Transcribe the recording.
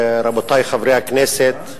רבותי חברי הכנסת,